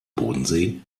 bodensee